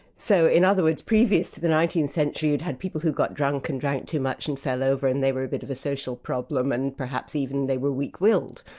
so in other words, previous to the nineteenth century you'd had people who got drunk and drank too much and fell over and they were a bit of a social problem, and perhaps even even they were weak-willed.